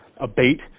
abate